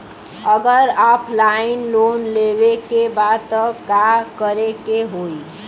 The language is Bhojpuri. अगर ऑफलाइन लोन लेवे के बा त का करे के होयी?